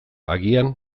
agian